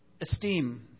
esteem